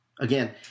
Again